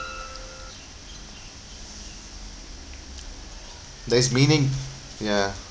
there is meaning ya